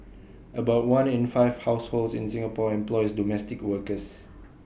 about one in five households in Singapore employs domestic workers